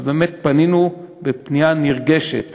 אז באמת פנינו פנייה נרגשת